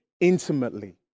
intimately